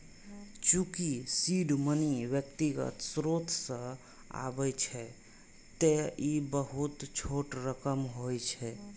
चूंकि seed money व्यक्तिगत स्रोत सं आबै छै, तें ई बहुत छोट रकम होइ छै